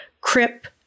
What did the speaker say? crip